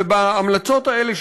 ובהמלצות האלה,